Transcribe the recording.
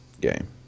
game